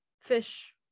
fish